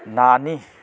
नानि